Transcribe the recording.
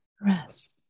rest